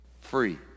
free